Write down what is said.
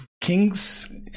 Kings